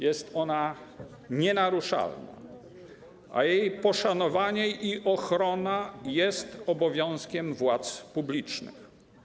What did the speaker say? Jest ona nienaruszalna, a jej poszanowanie i ochrona jest obowiązkiem władz publicznych”